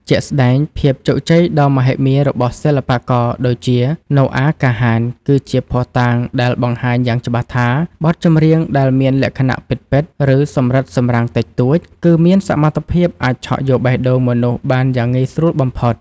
ជាក់ស្តែង ភាពជោគជ័យដ៏មហិមារបស់សិល្បករដូចជា ណូអា កាហាន គឺជាភស្តុតាងដែលបង្ហាញយ៉ាងច្បាស់ថា បទចម្រៀងដែលមានលក្ខណៈ ពិតៗ ឬសម្រិតសម្រាំងតិចតួច គឺមានសមត្ថភាពអាចឆក់យកបេះដូងមនុស្សបានយ៉ាងងាយស្រួលបំផុត។